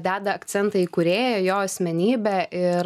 deda akcentą į kūrėją jo asmenybę ir